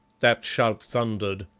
that shout thundered.